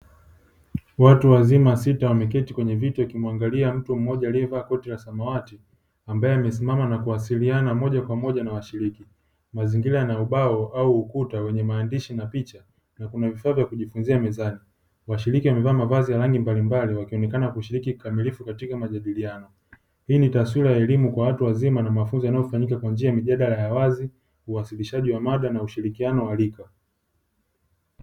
Watu wazima sita wameketi kwenye viti wakimwangalia mtu mmoja aliyevaa koti la samawati, ambaye amesimama na kuwasiliana moja kwa moja na washiriki. Mazingira yana ubao au ukuta wenye maandishi na picha, na kuna vifaa vya kujifunzia mezani. Washiriki wamevaa mavazi ya rangi mbalimbali, wakionekana kushiriki kikamilifu katika majadiliano. Hii ni taswira ya elimu kwa watu wazima na mafunzo yanayofanyika kwa njia ya mijadala ya wazi, uwasilishaji wa maada na ushirikiano wa rika.